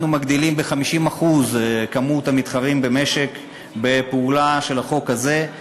אנחנו מגדילים ב-50% את כמות המתחרים במשק בפעולה של החוק הזה,